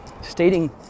stating